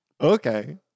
Okay